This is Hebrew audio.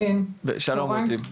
כן צוהריים טובים,